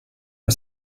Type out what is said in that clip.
are